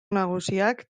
nagusiak